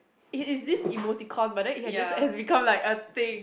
it is this emotion but then it has just it has become like a thing